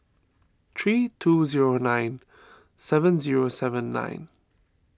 three two zero nine seven zero seven nine